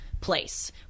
place